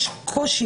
יש קושי